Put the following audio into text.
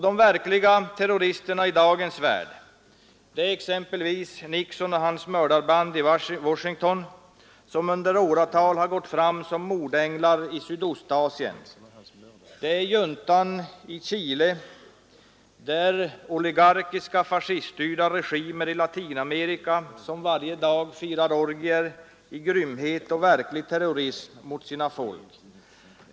De verkliga terroristerna i dagens värld är exempelvis Nixon och hans mördarband i Washington, som under åratal har gått fram som mordänglar i Sydostasien. Det är juntan i Chile. Det är andra oligarkiska fascistregimer i Latinamerika, som varje dag firar orgier i grymhet och verklig terrorism mot sina folk.